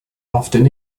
often